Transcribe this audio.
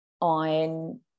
on